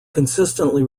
consistently